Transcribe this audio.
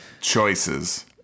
choices